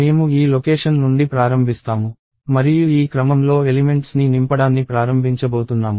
మేము ఈ లొకేషన్ నుండి ప్రారంభిస్తాము మరియు ఈ క్రమంలో ఎలిమెంట్స్ ని నింపడాన్ని ప్రారంభించబోతున్నాము